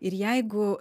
ir jeigu